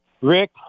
Rick